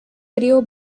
video